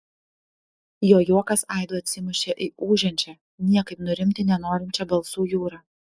jo juokas aidu atsimušė į ūžiančią niekaip nurimti nenorinčią balsų jūrą